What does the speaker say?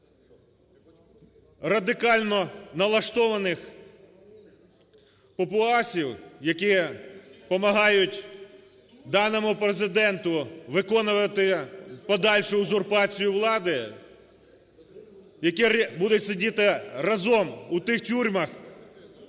радикально налаштованих попуасів, які допомагають даному Президенту виконувати подальшу узурпацію влади, які будуть сидіти разом у тих тюрмах,